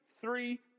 three